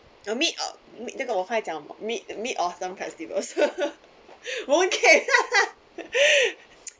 the mid of mid mid autumn festival mooncake